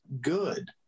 good